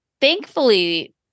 thankfully